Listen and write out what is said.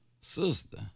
sister